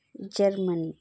Germany